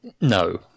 No